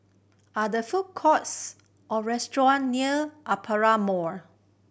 are the food courts or restaurant near Aperia Mall